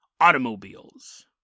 automobiles